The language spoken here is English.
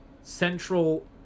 central